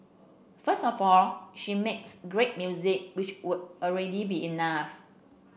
first of all she makes great music which would already be enough